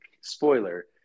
spoiler